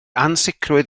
ansicrwydd